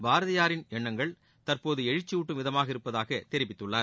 பாரதியாரின் எண்ணங்கள் தற்போதும் எழுச்சியூட்டும் விதமாக இருப்பதாக தெரிவித்துள்ளார்